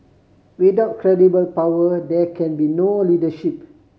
without credible power there can be no leadership